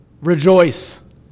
Rejoice